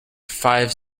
five